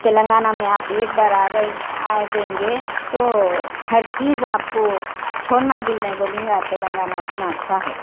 تلنگانہ میں آپ ایک بار آ گئے آ جائیں گے تو ہر چیز آپ کو چھوڑنا دل نہیں بولے گا تلنگانہ اُتنا اچھا ہے